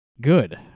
good